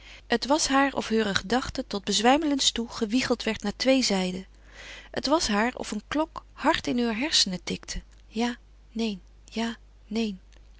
het was haar of heure gedachte tot bezwijmelens toe gewiegeld werd naar twee zijden het was haar of een klok hard in heur hersenen tikte ja neen ja neen